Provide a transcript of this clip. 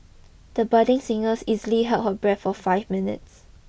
the budding singer easily held her breath for five minutes